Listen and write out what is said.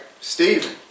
Stephen